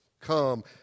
come